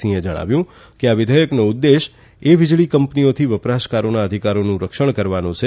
સિંહે જણાવ્યું કે આ વિઘેયકનો ઉદ્દેશ એ વિજળી કંપઓથી વપરાશકારોના અધિકારોનું સંરક્ષણ કરવાનો છે